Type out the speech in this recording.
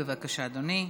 בבקשה, אדוני.